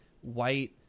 white